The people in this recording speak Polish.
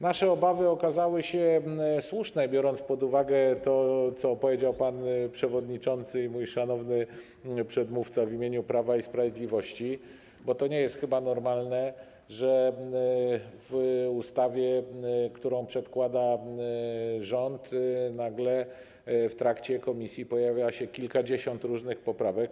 Nasze obawy okazały się słuszne, biorąc pod uwagę to, co powiedział pan przewodniczący i mój szanowny przedmówca w imieniu Prawa i Sprawiedliwości, bo to nie jest chyba normalne, żeby w ustawie, którą przedkłada rząd, nagle w trakcie posiedzenia komisji pojawiało się kilkadziesiąt różnych poprawek.